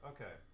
Okay